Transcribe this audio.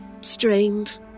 Strained